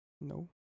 no